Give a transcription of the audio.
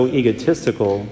egotistical